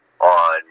on